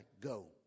go